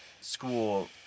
school